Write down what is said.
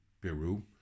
Peru